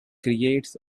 creates